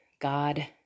God